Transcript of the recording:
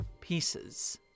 pieces